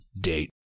date